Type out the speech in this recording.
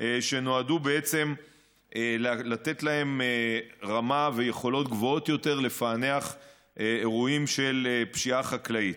שנועדו לתת להם רמה ויכולות גבוהות יותר לפענח אירועים של פשיעה חקלאית.